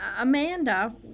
Amanda